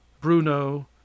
Bruno